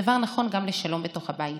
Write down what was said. הדבר נכון גם לשלום בתוך הבית,